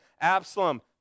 Absalom